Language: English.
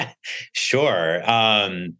Sure